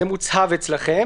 זה מוצהב אצלכם